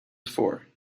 before